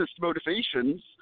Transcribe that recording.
motivations